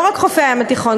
לא רק חופי הים התיכון,